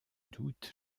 d’août